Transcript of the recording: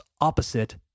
opposite